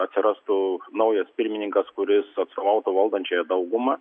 atsirastų naujas pirmininkas kuris atstovautų valdančiąją daugumą